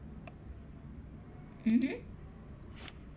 mmhmm